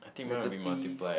negative